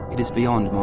it is beyond